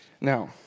Now